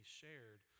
shared